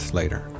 later